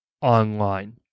online